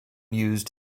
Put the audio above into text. used